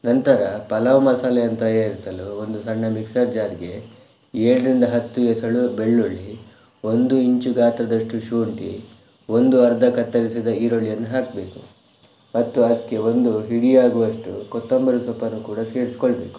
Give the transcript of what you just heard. ನಂತರ ಪಲಾವ್ ಮಸಾಲೆಯನ್ನು ತಯಾರಿಸಲು ಒಂದು ಸಣ್ಣ ಮಿಕ್ಸರ್ ಜಾರ್ಗೆ ಏಳರಿಂದ ಹತ್ತು ಎಸಳು ಬೆಳ್ಳುಳ್ಳಿ ಒಂದು ಇಂಚು ಗಾತ್ರದಷ್ಟು ಶುಂಠಿ ಒಂದು ಅರ್ಧ ಕತ್ತರಿಸಿದ ಈರುಳ್ಳಿಯನ್ನು ಹಾಕಬೇಕು ಮತ್ತು ಅದಕ್ಕೆ ಒಂದು ಹಿಡಿಯಾಗುವಷ್ಟು ಕೊತ್ತಂಬರಿ ಸೊಪ್ಪನ್ನು ಕೂಡ ಸೇರಿಸಿಕೊಳ್ಬೇಕು